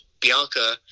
Bianca